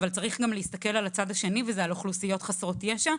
אבל צריך להסתכל גם על הצד השני וזה אוכלוסיות חסרות ישע.